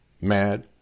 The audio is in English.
mad